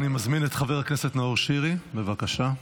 אני מזמין את חבר הכנסת נאור שירי, בבקשה.